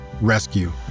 Rescue